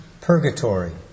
purgatory